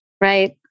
right